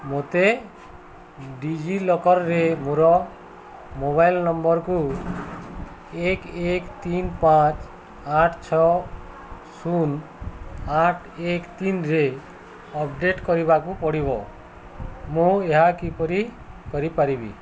ମୋତେ ଡି ଜି ଲକର୍ରେ ମୋର ମୋବାଇଲ ନମ୍ବରକୁ ଏକ ଏକ ତିନି ପାଞ୍ଚ ଆଠ ଛଅ ଶୂନ ଆଠ ଏକ ତିନିରେ ଅପଡ଼େଟ୍ କରିବାକୁ ପଡ଼ିବ ମୁଁ ଏହା କିପରି କରିପାରିବି